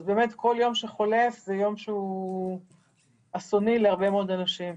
כל יום שחולף זה יום שהוא אסוני להרבה מאוד אנשים.